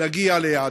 להגיע ליעדו?